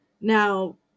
Now